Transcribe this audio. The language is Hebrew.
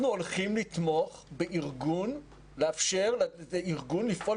אנחנו הולכים לתמוך בארגון ולאפשר לו לפעול